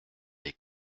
les